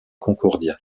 concordia